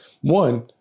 one